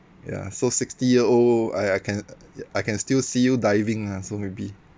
ya so sixty year old I I can I can still see you diving ah so maybe